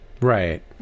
Right